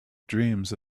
dreams